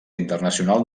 internacional